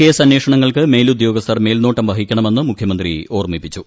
case അന്വേഷണങ്ങൾക്ക് മേലുദ്യോഗസ്ഥർ മേൽനോട്ടം വഹിക്കണമെന്ന് മുഖ്യമന്ത്രി ഓർമ്മിപ്പിച്ചു